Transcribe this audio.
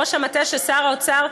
ראש המטה של שר האוצר,